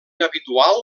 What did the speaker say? habitual